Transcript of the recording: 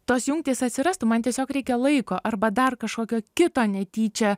tos jungtys atsirastų man tiesiog reikia laiko arba dar kažkokio kito netyčia